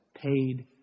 paid